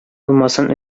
алмасын